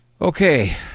Okay